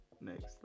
next